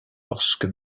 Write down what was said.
lorsque